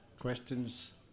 questions